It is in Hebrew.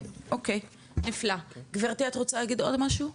אוקי, נפלא, גברתי את רוצה להגיד עוד משהו?